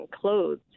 clothes